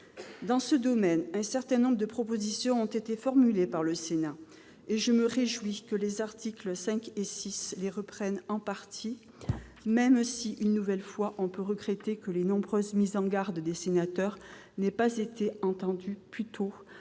Dans ce domaine, un certain nombre de propositions ont été formulées par le Sénat et je me réjouis que les articles 5 et 6 les reprennent en partie, même si, une nouvelle fois, on peut regretter que les nombreuses mises en garde des sénateurs n'aient pas été entendues plus tôt